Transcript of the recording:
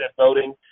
voting